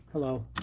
Hello